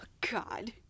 God